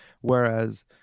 whereas